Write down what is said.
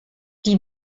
die